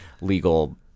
legal